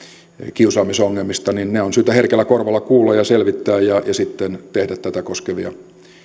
kiusaamisongelmista niin ne on syytä herkällä korvalla kuulla ja selvittää ja sitten tehdä tätä koskevia